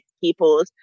people's